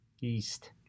east